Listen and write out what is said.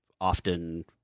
often